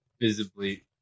visibly